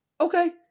Okay